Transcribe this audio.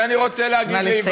אז אני רוצה להגיד לאיוונקה,